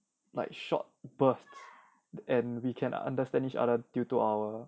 like short bursts and we can understand each other due to our